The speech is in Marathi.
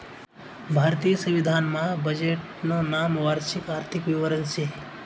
भारतीय संविधान मा बजेटनं नाव वार्षिक आर्थिक विवरण शे